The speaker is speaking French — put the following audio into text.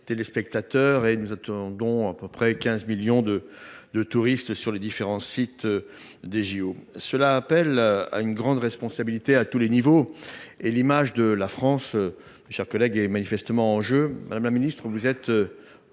téléspectateurs, et nous attendons à peu près 15 millions de touristes sur les différents sites. Ces chiffres appellent une grande responsabilité à tous les niveaux, et l’image de la France, mes chers collègues, est manifestement en jeu. Madame la ministre, vous même